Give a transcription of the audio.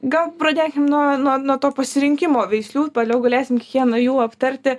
gal pradėkim nuo nuo nuo to pasirinkimo veislių toliau galėsim kiekvieną jų aptarti